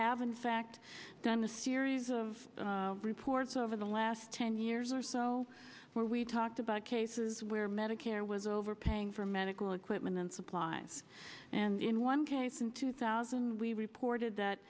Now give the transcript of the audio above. have in fact done series of reports over the last ten years or so where we talked about cases where medicare was overpaying for medical equipment and supplies and in one case in two thousand we reported that